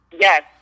Yes